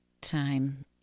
time